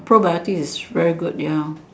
pro biotic is very good ya